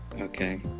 okay